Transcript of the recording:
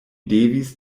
devis